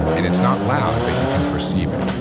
and it's not loud, but you can perceive it.